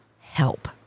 Help